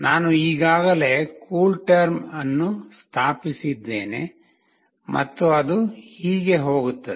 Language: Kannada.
ನಾನು ಈಗಾಗಲೇ ಕೂಲ್ಟೆರ್ಮ್ ಅನ್ನು ಸ್ಥಾಪಿಸಿದ್ದೇನೆ ಮತ್ತು ಅದು ಹೀಗೆ ಹೋಗುತ್ತದೆ